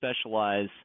specialize